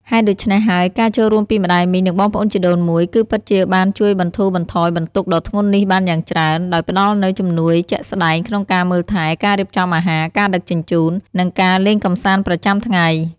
ហេតុដូច្នេះហើយ ការចូលរួមពីម្ដាយមីង និងបងប្អូនជីដូនមួយ គឺពិតជាបានជួយបន្ធូរបន្ថយបន្ទុកដ៏ធ្ងន់នេះបានយ៉ាងច្រើន ដោយផ្ដល់នូវជំនួយជាក់ស្ដែងក្នុងការមើលថែ ការរៀបចំអាហារ ការដឹកជញ្ជូន និងការលេងកម្សាន្តប្រចាំថ្ងៃ។